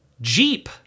Jeep